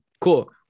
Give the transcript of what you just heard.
Cool